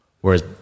whereas